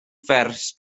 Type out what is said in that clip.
fährst